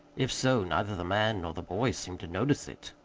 if so, neither the man nor the boy seemed to notice it.